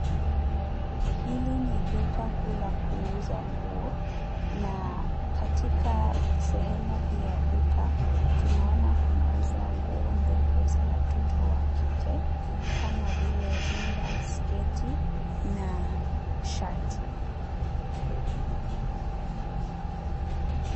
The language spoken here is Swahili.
Hili ni duka kuu la kuuza nguo na katika sehemu hii ya duka, tunaona kunauzwa nguo ndogo za watoto wa kike kama vile rinda, sketi na shati.